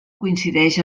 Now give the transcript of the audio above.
coincideix